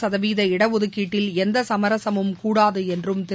சதவீத இடஒதுக்கீட்டில் எந்த சமரசமும் கூடாது என்றும் திரு